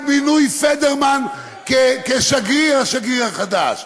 הוא היה נגד מינוי פדרמן לשגריר, השגריר החדש.